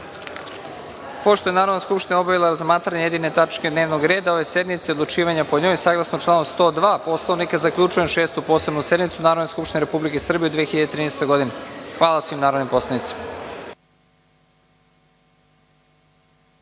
je Narodna skupština obavila razmatranje jedine tačke dnevnog reda ove sednice i odlučivanje po njoj, saglasno članu 102. Poslovnika, zaključujem Šestu posebnu sednicu Narodne skupštine Republike Srbije u 2013. godini. Hvala.